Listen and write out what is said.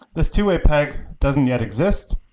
this two-way peg doesn't yet exist,